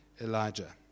Elijah